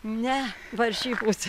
ne varžybos